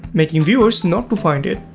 making viewers not to find it.